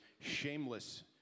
shameless